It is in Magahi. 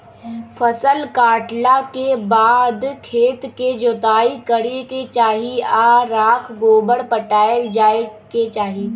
फसल काटला के बाद खेत के जोताइ करे के चाही आऽ राख गोबर पटायल जाय के चाही